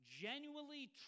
genuinely